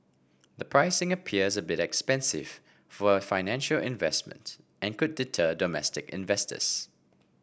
the pricing appears a bit expensive for a financial investment and could deter domestic investors